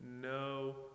no